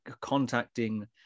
contacting